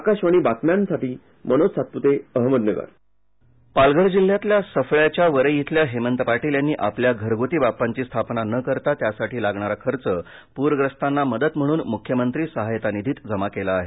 आकाशवाणी बातम्यांसाठी मनोज सातपृते अहमदनगर पालघर पालघर जिल्ह्यातल्या सफळ्याच्या वरई इथल्या हेमंत पाटील यांनी आपल्या घरगुती बाप्पांची स्थापना न करता त्यासाठी लागणारा खर्च पूरग्रस्तांना मदत म्हणून मुख्यमंत्री सहायता निधीत जमा केला आहे